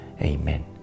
Amen